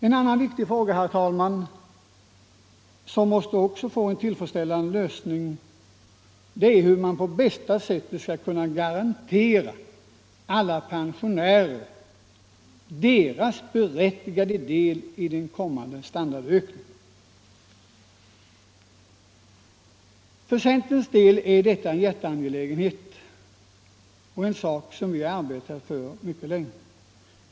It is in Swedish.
En annan viktig fråga, herr talman, som måste få en tillfredsställande lösning, är hur man på bästa sätt skall kunna garantera alla pensionärer deras berättigade del i en kommande standardökning. För centerns del är detta en hjärteangelägenhet — en sak som vi har arbetat för mycket länge.